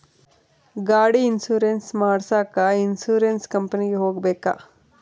ಗಾಡಿ ಇನ್ಸುರೆನ್ಸ್ ಮಾಡಸಾಕ ಇನ್ಸುರೆನ್ಸ್ ಕಂಪನಿಗೆ ಹೋಗಬೇಕಾ?